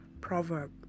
proverb